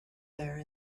there